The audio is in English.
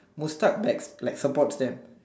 Mustad backs likes like support them